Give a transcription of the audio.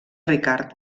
ricard